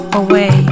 away